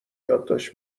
یادداشت